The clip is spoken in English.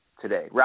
today